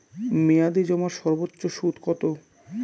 মেয়াদি জমার সর্বোচ্চ সুদ কতো?